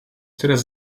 teraz